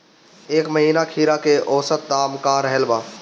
एह महीना खीरा के औसत दाम का रहल बा?